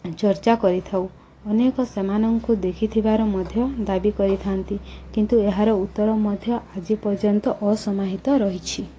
ଚର୍ଚ୍ଚା କରିଥାଉ ଅନେକ ସେମାନଙ୍କୁ ଦେଖିଥିବାର ମଧ୍ୟ ଦାବି କରିଥାନ୍ତି କିନ୍ତୁ ଏହାର ଉତ୍ତର ମଧ୍ୟ ଆଜି ପର୍ଯ୍ୟନ୍ତ ଅସମାହିତ ରହିଛି